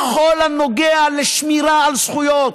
בכל הנוגע לשמירה על זכויות,